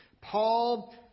Paul